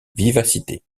vivacité